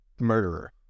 murderer